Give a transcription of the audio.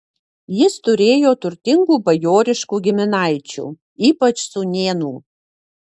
jis turėjo turtingų bajoriškų giminaičių ypač sūnėnų